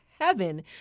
heaven